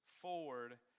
forward